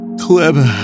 Clever